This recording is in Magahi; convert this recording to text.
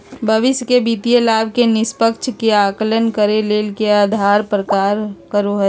भविष्य के वित्तीय लाभ के निष्पक्षता के आकलन करे ले के आधार प्रदान करो हइ?